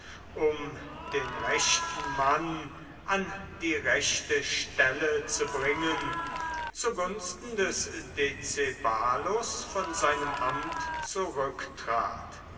um den rechten mann an die rechte stelle zu bringen zu gunsten des decebalus von seinem amt